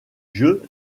jeu